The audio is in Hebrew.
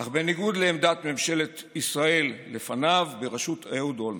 אך בניגוד לעמדת ממשלת ישראל לפניו בראשות אהוד אולמרט,